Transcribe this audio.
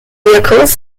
vehicles